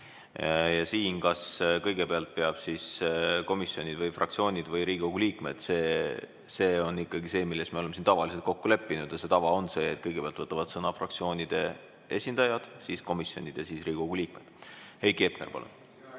summat. Kas kõigepealt peavad [kõne] komisjonid või fraktsioonid või Riigikogu liikmed, see on ikkagi see, milles me oleme siin tavaliselt kokku leppinud. Ja see tava on see, et kõigepealt võtavad sõna fraktsioonide esindajad, siis komisjonid ja siis Riigikogu liikmedHeiki Hepner, palun!